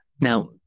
Now